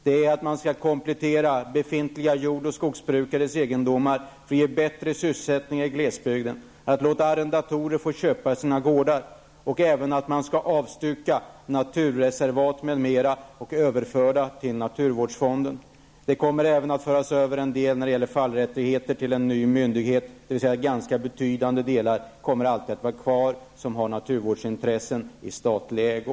Det är att man skall kompettera befintliga jord och skogsbrukares egendomar för att ge bättre sysselsättning i glesbygden, att låta arrendatorer få köpa sina gårdar och även att avstycka naturreservat m.m. och överföra dem till naturvårdsfonden. Det kommer även att föras över en del fallrättigheter till en ny myndighet, och därmed kommer ganska betydande delar av områden som har naturvårdsintresse alltid att vara kvar i statlig ägo.